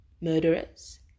murderers